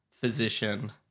physician